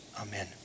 Amen